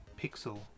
pixel